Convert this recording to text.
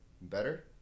better